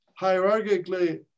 hierarchically